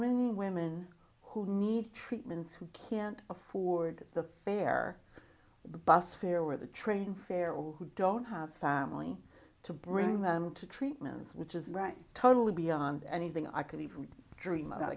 many women who need treatments who can't afford the fare bus fare where the train fare or who don't have family to bring them to treatments which is right totally beyond anything i could even dream